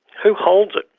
who holds it?